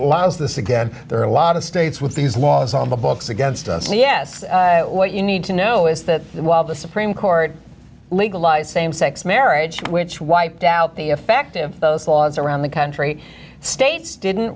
allows this again there are a lot of states with these laws on the books against c s what you need to know is that while the supreme court legalized same sex marriage which wiped out the effective those laws around the country states didn't